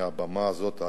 מעל הבמה הזאת,